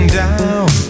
down